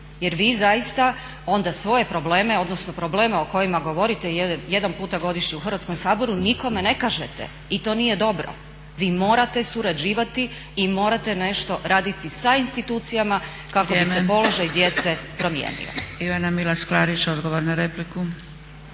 Jer vi zaista onda svoje probleme, odnosno probleme o kojima govorite jedan puta godišnje u Hrvatskom saboru nikome ne kažete. I to nije dobro. Vi morate surađivati i morate nešto raditi sa institucijama kako bi se položaj djece promijenio. **Zgrebec, Dragica (SDP)** Ivana Milas Klarić, odgovor na repliku.